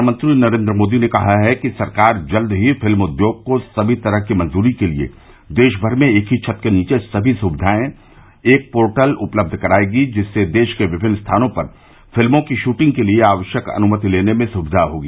प्रधानमंत्री नरेंद्र मोदी ने कहा है कि सरकार जल्द ही फिल्म उद्योग को सभी तरह की मंजूरी के लिए देश भर में एक ही छत के नीचे सभी सुविधायें और एक पोर्टल उपलब्ध करायेगी जिससे देश के विभिन्न स्थानों पर फिल्मों की शूटिंग के लिए आवश्यक अनुमति लेने में सुविधा होगी